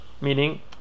meaning